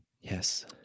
yes